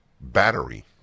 battery